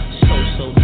so-so